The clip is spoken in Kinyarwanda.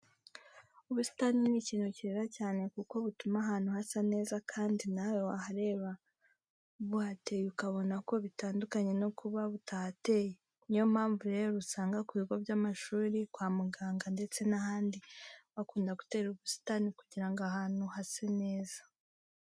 Ubusitani ni ikintu cyiza cyane kuko butuma ahantu hasa neza kandi nawe wahareba buhateye ukabona ko bitandukanye no kuba butahateye. Niyo mpamvu rero usanga ku bigo by'amashuri, kwa muganga ndetse n'ahandi bakunda gutera ubusitani kugira ngo ahantu hase neza.